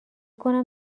کنم